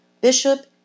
Bishop